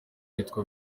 yitwa